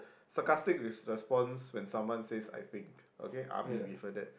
sarcastic response when someone says I think okay army we've heard that